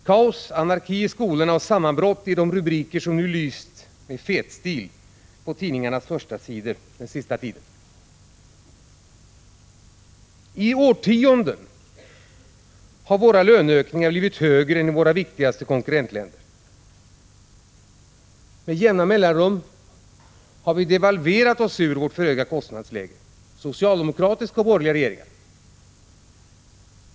Kaos, anarki i skolorna och sammanbrott är rubriker som lyst med fet stil på tidningarnas första sidor den senaste tiden. I årtionden har våra löneökningar blivit högre än i våra viktigaste konkurrentländer. Med jämna mellanrum har vi devalverat oss ur vårt höga kostnadsläge. Både socialdemokratiska och borgerliga regeringar har gjort det.